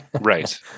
Right